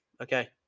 Okay